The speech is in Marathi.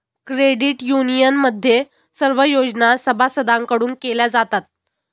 क्रेडिट युनियनमध्ये सर्व योजना सभासदांकडून केल्या जातात